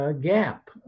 gap